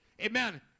Amen